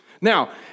Now